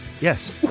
Yes